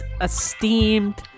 esteemed